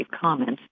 comments